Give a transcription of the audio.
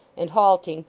and halting,